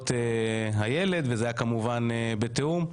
לזכויות הילד, שהיה אמור להיות בתיאום.